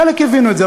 חלק הבינו את זה,